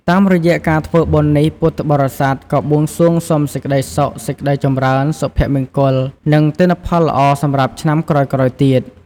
តាមរយៈការធ្វើបុណ្យនេះ ពុទ្ធបរិស័ទក៏បួងសួងសុំសេចក្តីសុខ សេចក្តីចម្រើន សុភមង្គល និងទិន្នផលល្អសម្រាប់ឆ្នាំក្រោយៗទៀត។